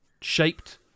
shaped